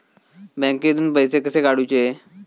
बँकेतून पैसे कसे काढूचे?